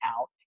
out